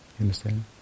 understand